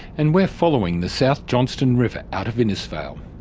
and we're following the south johnstone river out of innisfail.